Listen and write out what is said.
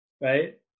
right